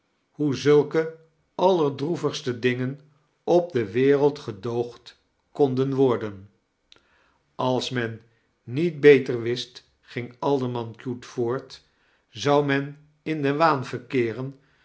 hoe zulke allerdroevigste dingen op de wereld gedoogd konden worden als men niet beter wist ging alderman cute voort z ou men in den waan verkeeren